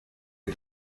les